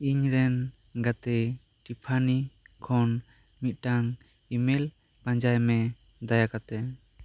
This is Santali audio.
ᱤᱧ ᱨᱮᱱ ᱜᱟᱛᱮ ᱴᱤᱯᱷᱟᱱᱤ ᱠᱷᱚᱱ ᱢᱤᱫᱴᱟᱱ ᱤᱢᱮᱞ ᱯᱟᱸᱡᱟᱭ ᱢᱮ ᱫᱟᱭᱟ ᱠᱟᱛᱮᱫ